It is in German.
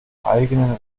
eigenen